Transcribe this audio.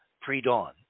pre-dawn